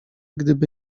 gdyby